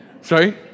Sorry